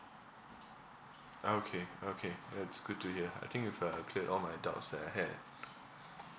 okay okay that's good to hear I think you've uh cleared all my doubts that I had